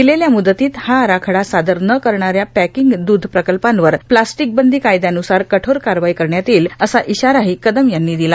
दिलेल्या मुदतीत हा आराखडा सादर न करणाऱ्या पॅकिंग दुध प्रकल्पांवर प्लास्टीक बंदी कायद्यानुसार कठोर कारवाई करण्यात येईल असा इशाराही कदम यांनी दिला